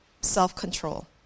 self-control